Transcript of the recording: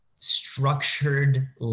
structured